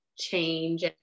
change